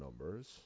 numbers